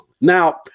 Now